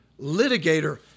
litigator